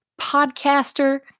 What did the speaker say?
Podcaster